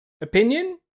opinion